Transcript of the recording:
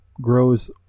grows